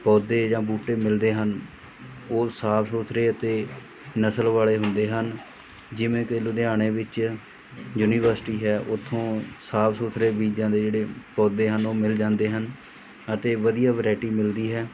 ਪੌਦੇ ਜਾਂ ਬੂਟੇ ਮਿਲਦੇ ਹਨ ਉਹ ਸਾਫ਼ ਸੁਥਰੇ ਅਤੇ ਨਸਲ ਵਾਲੇ ਹੁੰਦੇ ਹਨ ਜਿਵੇਂ ਕਿ ਲੁਧਿਆਣੇ ਵਿੱਚ ਯੂਨੀਵਰਸਿਟੀ ਹੈ ਉੱਥੋਂ ਸਾਫ਼ ਸੁਥਰੇ ਬੀਜਾਂ ਦੇ ਜਿਹੜੇ ਪੌਦੇ ਹਨ ਉਹ ਮਿਲ ਜਾਂਦੇ ਹਨ ਅਤੇ ਵਧੀਆ ਵਰਾਇਟੀ ਮਿਲਦੀ ਹੈ